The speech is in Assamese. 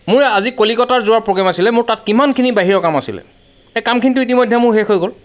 মোৰ আজি কলিকতা যোৱাৰ প্ৰ'গেম আছিলে মোৰ তাত কিমানখিনি বাহিৰৰ কাম আছিলে সেই কামখিনিতো ইতিমধ্যে মোৰ শেষ হৈ গ'ল